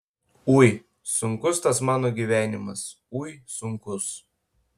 ui sunkus tas mano gyvenimas ui sunkus